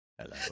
Hello